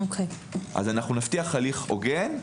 נבטיח הליך הוגן.